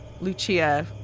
Lucia